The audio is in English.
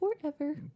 forever